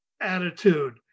attitude